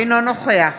אינו נוכח